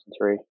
three